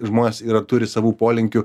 žmonės yra turi savų polinkių